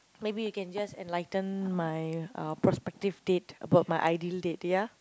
maybe you can just enlighten my uh prospective date about my ideal date ya